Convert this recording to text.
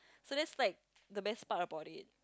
so that's like the best part about it